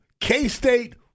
K-State